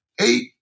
Eight